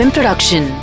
Production